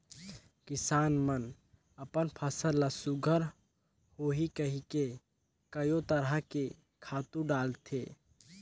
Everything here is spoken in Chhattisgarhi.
किसान मन अपन फसल ल सुग्घर होही कहिके कयो तरह के खातू डालथे